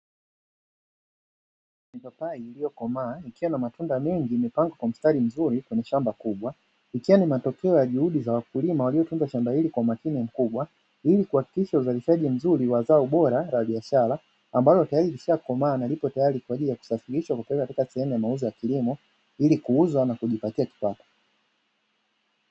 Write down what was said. Mipapai iliyokomaa ikiwa na matunda meng imepandwa kwa mstari mzuri kwenye shamba kubwa ikiwa ni matokeo ya juhudi za wakulima waliotunza shamba hili kwa umakini mkubwa ilikuhakikisha uzalishaji mzuri wa zao lao bora la biashara ambalo limeshakomaa na lipo tayali kwaajili ya kusafirishwa na kupelekwa katika sehemu ya mauzo ya kilimo hili kuuzwa na kujipatia kipato.